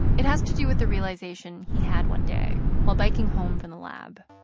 it has to do with the realization he had one day while biking home from the lab.